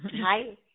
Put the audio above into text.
Hi